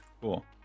cool